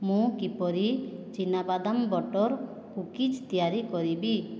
ମୁଁ କିପରି ଚିନାବାଦାମ ବଟର୍ କୁକିଜ୍ ତିଆରି କରିବି